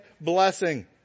blessing